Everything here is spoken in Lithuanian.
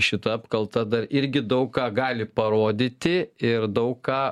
šita apkalta dar irgi daug ką gali parodyti ir daug ką